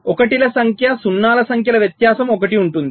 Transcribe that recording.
ఒకటి ల సంఖ్య సున్నాల సంఖ్యల వ్యత్యాసం 1 ఉంటుంది